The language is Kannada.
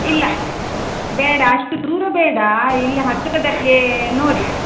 ಇಲ್ಲ ಬೇಡ ಅಷ್ಟು ದೂರ ಬೇಡ ಇಲ್ಲೇ ಹತ್ತಿರದಲ್ಲೇ ನೋಡಿ